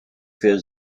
für